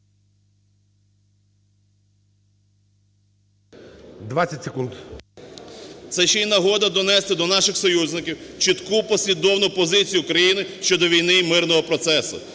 Це ще й нагода донести до наших союзників чітку, послідовну позицію України щодо війни і мирного процесу.